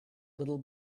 little